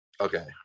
okay